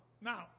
Now